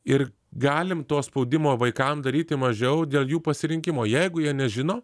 ir galim to spaudimo vaikam daryti mažiau dėl jų pasirinkimo jeigu jie nežino